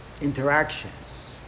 interactions